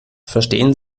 verstehen